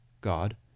God